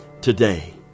today